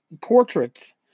portraits